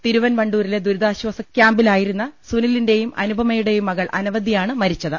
തിരു വൻവണ്ടൂരിലെ ദുരിതാശ്ചാസ ക്യാമ്പിലായിരുന്ന സുനിലിന്റെയും അനുപമയുടെയും മകൾ അനവദ്യയാണ് മരിച്ചത്